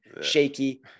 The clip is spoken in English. shaky